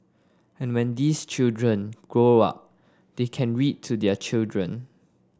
and when these children grow up they can read to their children